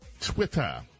Twitter